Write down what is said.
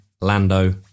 Lando